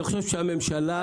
אני כבר מבקש ממנהלת הוועדה,